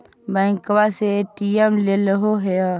बैंकवा से ए.टी.एम लेलहो है?